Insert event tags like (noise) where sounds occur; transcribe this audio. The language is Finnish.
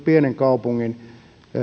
(unintelligible) pienen kaupungin